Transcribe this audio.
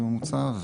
בממוצע,